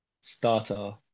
starter